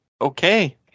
okay